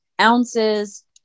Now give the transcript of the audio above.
ounces